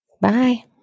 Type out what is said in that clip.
Bye